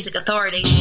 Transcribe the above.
authority